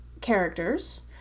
characters